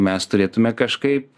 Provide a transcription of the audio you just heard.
mes turėtume kažkaip